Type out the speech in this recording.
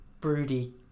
broody